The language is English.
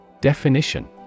Definition